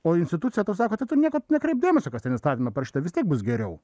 o institucija tau sako tai tu niekad nekreipk dėmesio kas ten įstatyme parašyta vis tiek bus geriau